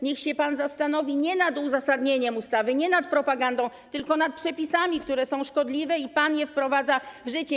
Niech pan się zastanowi nie nad uzasadnieniem ustawy, nie nad propagandą, tylko nad przepisami, które są szkodliwe i które pan wprowadza w życie.